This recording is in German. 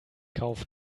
kauf